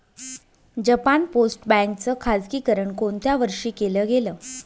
Japan post bank च खाजगीकरण कोणत्या वर्षी केलं गेलं?